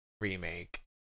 remake